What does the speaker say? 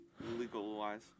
legal-wise